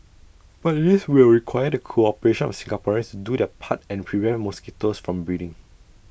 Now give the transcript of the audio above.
but this will require the cooperation of Singaporeans do their part and prevent mosquitoes from breeding